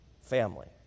family